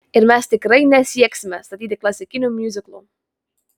ir mes tikrai nesieksime statyti klasikinių miuziklų